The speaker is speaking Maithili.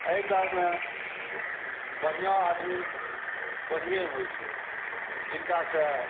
तऽ एहि कारणे बढ़िऑं आदमी बढ़ियेॅं होइ छै जिनकासॅं